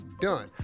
done